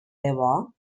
debò